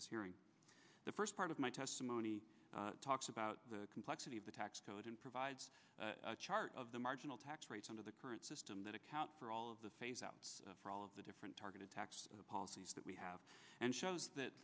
this hearing the first part of my testimony talks about the complexity of the tax code and provides a chart of the marginal tax rates under the current system that account for all of the phase out for all of the different targeted tax policies that we have and shows that